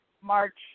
March